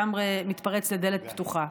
אתה לגמרי מתפרץ לדלת פתוחה.